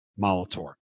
Molitor